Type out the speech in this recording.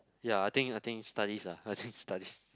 ya I think I think studies ah I think studies